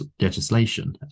legislation